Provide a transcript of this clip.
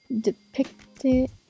depicted